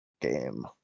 game